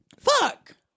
Fuck